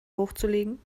hochzulegen